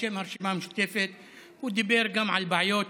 בשם הרשימה המשותפת הוא דיבר גם על בעיות